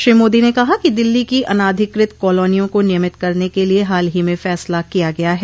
श्री मोदी ने कहा कि दिल्ली की अनाधिकृत कॉलोनियों को नियमित करने के लिए हाल ही में फैसला किया गया है